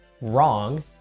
wrong